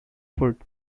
food